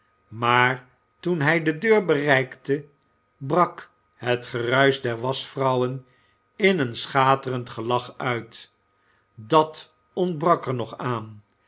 maar toen hij de deur bereikte brak het geruisch der waschvrouwen in een schaterend gelach uit dat ontbrak er nog aan